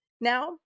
Now